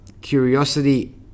Curiosity